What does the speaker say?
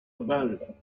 about